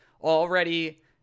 already –